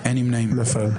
נפל.